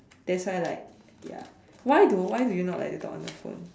that's why like ya why though why do you not like to talk on the phone